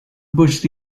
bush